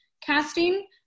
casting